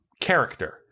character